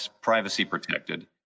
privacy-protected